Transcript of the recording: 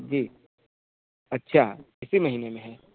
जी अच्छा इसी महीने में है